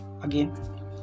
again